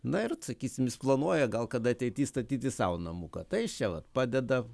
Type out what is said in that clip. na ir sakysim jis planuoja gal kada ateity statyti sau namuką tai jis čia vat padeda